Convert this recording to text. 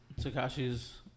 Takashi's